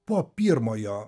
po pirmojo